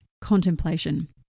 contemplation